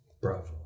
Bravo